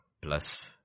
plus